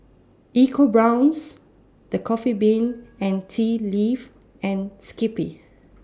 EcoBrown's The Coffee Bean and Tea Leaf and Skippy